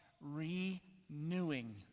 renewing